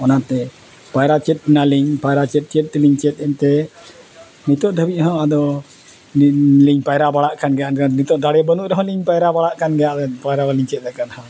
ᱚᱱᱟᱛᱮ ᱯᱟᱭᱨᱟ ᱪᱮᱫ ᱮᱱᱟᱞᱤᱧ ᱯᱟᱭᱨᱟ ᱪᱮᱫ ᱪᱮᱫ ᱛᱮᱞᱤᱧ ᱪᱮᱫ ᱮᱱᱛᱮ ᱱᱤᱛᱳᱜ ᱫᱷᱟᱹᱵᱤᱡ ᱦᱚᱸ ᱟᱫᱚ ᱞᱤᱧ ᱯᱟᱭᱨᱟ ᱵᱟᱲᱟᱜ ᱠᱟᱱ ᱜᱮᱭᱟ ᱟᱫᱚ ᱱᱤᱛᱳᱜ ᱫᱟᱲᱮ ᱵᱟᱹᱱᱩᱜ ᱨᱮᱦᱚᱸ ᱞᱤᱧ ᱯᱟᱭᱨᱟ ᱵᱟᱲᱟᱜ ᱠᱟᱱ ᱜᱮᱭᱟ ᱟᱫᱚ ᱯᱟᱭᱨᱟ ᱢᱟᱞᱤᱧ ᱪᱮᱫ ᱟᱠᱟᱱ ᱦᱟᱸᱜ